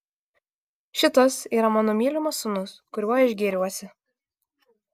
šitas yra mano mylimas sūnus kuriuo aš gėriuosi